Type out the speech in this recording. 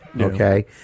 Okay